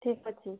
ଠିକ୍ ଅଛି